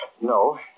no